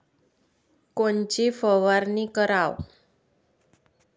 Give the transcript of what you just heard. कोनची फवारणी कराव?